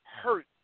hurt